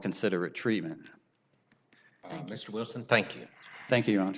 considerate treatment mr wilson thank you thank you don